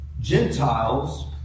Gentiles